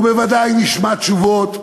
ובוודאי נשמע תשובות,